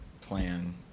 plan